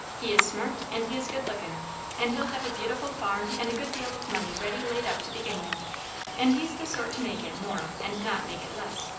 he is smart and he is good-lookin' and he'll have a beautiful farm and a good deal of money ready laid up to begin with and he's the sort to make it more and not make it less.